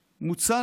מוצע?